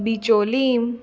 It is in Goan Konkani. बिचोलीम